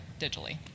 digitally